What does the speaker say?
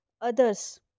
others